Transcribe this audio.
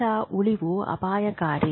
ಇದರ ಉಳಿವು ಅಪಾಯಕಾರಿ